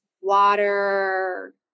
water